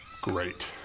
Great